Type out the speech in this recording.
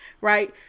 Right